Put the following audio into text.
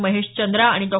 महेश चंद्रा आणि डॉ